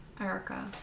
Erica